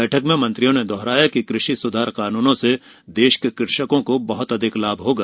बैठक में मंत्रियों ने दोहराया कि कृषि सुधार कानूनों से देश के कृषकों को बहुत अधिक लाभ होगा